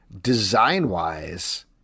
Design-wise